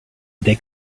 they